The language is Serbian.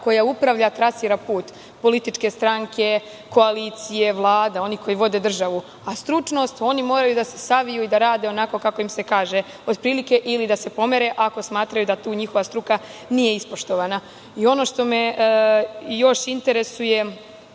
koja upravlja trasi na put, političke stranke, koalicije, Vlada, oni koji vode državu. A stručnost, oni moraju da se saviju i da rade onako kako im se kaže, otprilike ili da se pomere ako smatraju da tu njihova struka nije ispoštovana. Ono što me još interesuje,